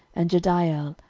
and jediael,